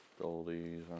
Goldies